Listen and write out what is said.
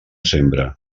sembre